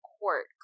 court